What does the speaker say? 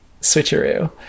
switcheroo